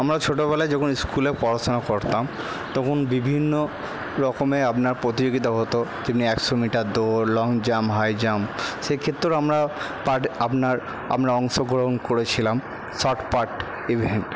আমরা ছোটোবেলায় যখন স্কুলে পড়াশোনা করতাম তখন বিভিন্ন রকমের আপনার প্রতিযোগিতা হতো যেমনি একশো মিটার দৌড় লং জাম্প হাই জাম্প সেক্ষেত্রেও আমরা পার্ট আপনার আমরা অংশগ্রহণ করেছিলাম শর্ট পার্ট ইভেন্ট